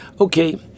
Okay